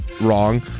wrong